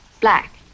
Black